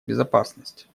безопасность